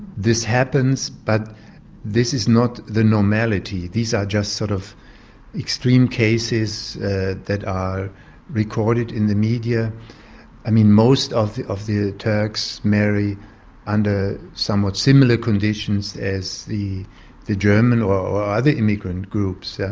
this happens but this is not the normality. these are just sort of extreme cases that are recorded in the media i mean, most of of the turks marry under somewhat similar conditions as the the german or other immigrant groups. yeah